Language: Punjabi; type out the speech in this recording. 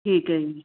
ਠੀਕ ਹੈ ਜੀ